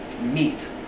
meat